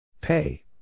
Pay